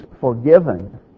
forgiven